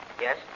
Yes